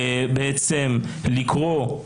לקרוא,